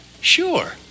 Sure